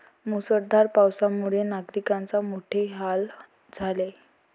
मुसळधार पावसामुळे नागरिकांचे मोठे हाल झाले